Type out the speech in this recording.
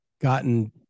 gotten